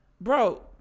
bro